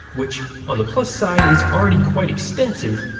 which, on the plus side, is already quite extensive.